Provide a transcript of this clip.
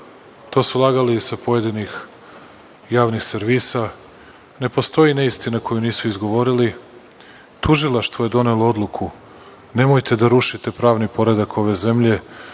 To su lagali sa pojedinih javnih servisa. Ne postoji neistina koju nisu izgovorili. Tužilaštvo je donelo odluku. Nemojte da rušite pravni poredak ove zemlje,